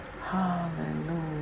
Hallelujah